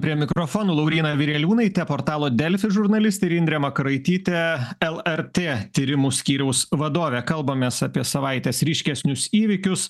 prie mikrofonų lauryna vireliūnaitė portalo delfi žurnalistė indrė makaraitytė lrt tyrimų skyriaus vadovė kalbamės apie savaites ryškesnius įvykius